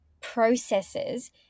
processes